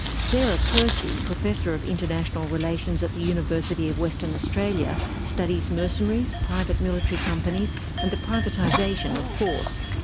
sarah percy, professor of international relations at the university of western australia, studies mercenaries, private military companies and the privatisation of force.